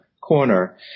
corner